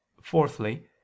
Fourthly